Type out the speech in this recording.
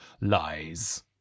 lies